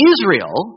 Israel